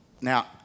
now